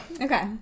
Okay